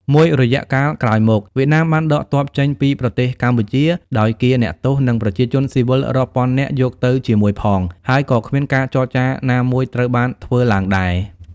មួយរយៈកាលក្រោយមក វៀតណាមបានដកទ័ពចេញពីប្រទេសកម្ពុជា ដោយកៀរអ្នកទោស និងប្រជាជនស៊ីវិលរាប់ពាន់នាក់យកទៅជាមួយផង ហើយក៏គ្មានការចរចាណាមួយត្រូវបានធ្វើឡើងដែរ។